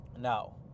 now